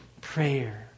prayer